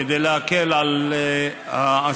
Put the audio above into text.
כדי להקל על העסקים,